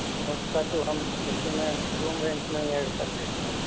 उसका तो हम इसी में रूम रेंट में ही ऐड कर देते हैं